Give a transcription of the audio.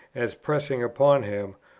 as pressing upon him,